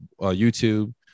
youtube